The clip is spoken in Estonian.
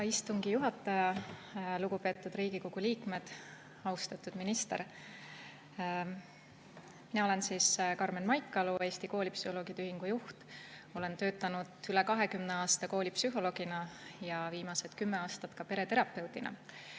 Hea istungi juhataja! Lugupeetud Riigikogu liikmed! Austatud minister! Mina olen Karmen Maikalu, Eesti Koolipsühholoogide Ühingu juht. Ma olen töötanud üle 20 aasta koolipsühholoogina ja viimased 10 aastat ka pereterapeudina.